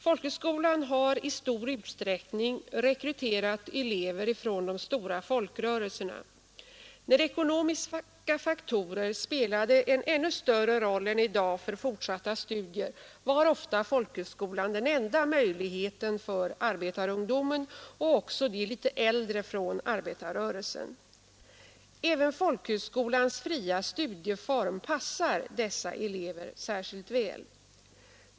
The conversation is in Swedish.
Folkhögskolan har i stor utsträckning rekryterat elever från de stora folkrörelserna. När ekonomiska faktorer spelade ännu större roll än i dag för fortsatta studier, var ofta folkhögskolan den enda möjligheten för arbetarungdomen och också de litet äldre från arbetarrörelsen. Även folkhögskolans fria studieform passar dessa elever särskilt väl.